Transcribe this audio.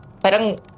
Parang